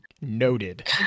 Noted